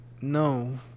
No